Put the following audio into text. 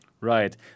Right